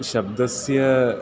शब्दस्य